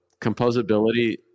composability